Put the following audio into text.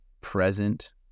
present